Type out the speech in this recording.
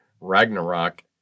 Ragnarok